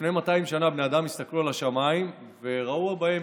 לפני 200 שנה בני אדם הסתכלו על השמיים וראו בהם